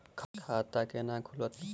खाता केना खुलत?